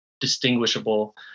distinguishable